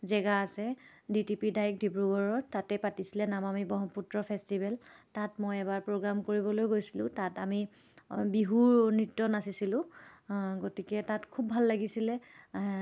জেগা আছে D T P dyke ডিব্ৰুগড়ৰ তাতে পাতিছিলে নমামী ব্ৰহ্মপুত্ৰ ফেষ্টিভেল তাত মই এবাৰ প্ৰগ্ৰাম কৰিবলৈও গৈছিলোঁ তাত আমি বিহুৰ নৃত্য নাচিছিলোঁ গতিকে তাত খুব ভাল লাগিছিলে